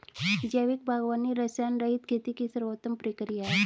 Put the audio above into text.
जैविक बागवानी रसायनरहित खेती की सर्वोत्तम प्रक्रिया है